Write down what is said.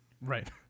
Right